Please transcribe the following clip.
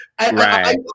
right